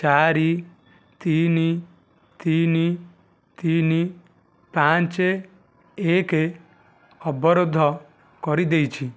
ଚାରି ତିନି ତିନି ତିନି ପାଞ୍ଚ ଏକ ଅବରୋଧ କରିଦେଇଛି